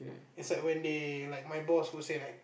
is like when they like my boss who say like